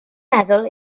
meddwl